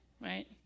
right